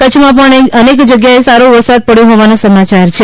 કચ્છમાં પણ અનેક જગ્યાએ સારો વરસાદ પડ્યો હોવાના સમાચાર છે